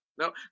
No